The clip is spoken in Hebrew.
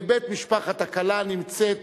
ובית משפחת הכלה נמצא למטה.